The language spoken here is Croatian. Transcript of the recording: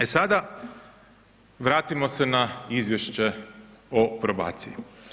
E sada vratimo se na izvješće o probaciji.